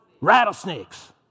Rattlesnakes